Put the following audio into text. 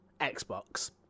Xbox